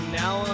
now